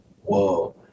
whoa